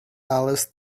alice